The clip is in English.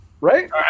Right